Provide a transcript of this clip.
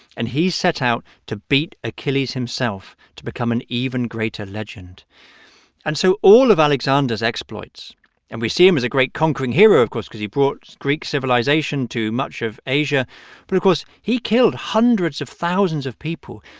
and he set out to beat achilles himself, to become an even greater legend and so all of alexander's exploits and we see him as a great conquering hero, of course, because he brought greek civilization to much of asia but of course, he killed hundreds of thousands of people.